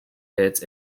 its